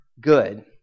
good